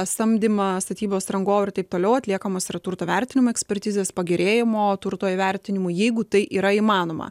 samdymą statybos rangovo ir taip toliau atliekamos yra turto vertinimo ekspertizės pagerėjimo turto įvertinimu jeigu tai yra įmanoma